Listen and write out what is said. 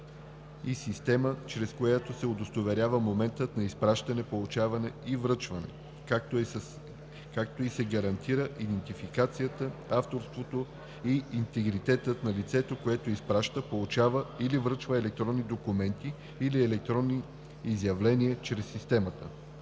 и система, чрез която се удостоверява моментът на изпращане, получаване и връчване, както и се гарантира идентификацията, авторството и интегритетът на лицето, което изпраща, получава или връчва електронни документи или електронни изявления чрез системата.“